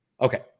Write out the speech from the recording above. Okay